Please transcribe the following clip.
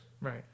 Right